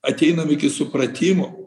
ateinam iki supratimo